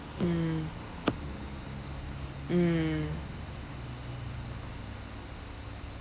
mm mm